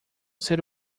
ser